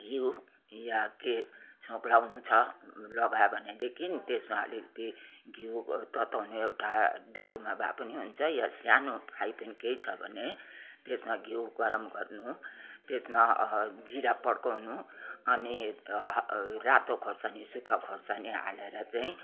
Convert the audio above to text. घिउ या केही छोक्डाउनु छ लगायो भनेदेखि त्यसमा अलिकिति घिउ तताउने एउटा डाडुमा भए पनि हुन्छ या सानो फ्राई पेन केही छ भने त्यसमा घिउ गरम गर्नु त्यसमा जिरा पड्काउनु अनि रातो खोर्सानी सुख्खा खोर्सानी हालेर चाहिँ